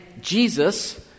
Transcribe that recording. Jesus